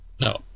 no